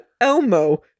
Elmo